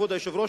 כבוד היושב-ראש,